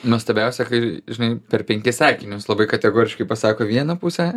nuostabiausia kai žinai per penkis sakinius labai kategoriškai pasako vieną pusę